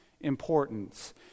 importance